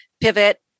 pivot